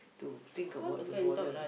to think about to bother